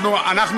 יריב, זה נכון.